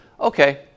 okay